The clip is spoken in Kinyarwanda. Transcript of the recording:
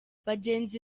bagenzi